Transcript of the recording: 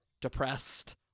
depressed